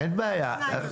אין בעיה.